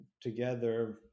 together